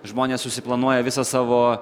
žmonės susiplanuoja visą savo